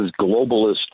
globalist